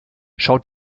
schaut